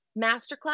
masterclass